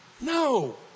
No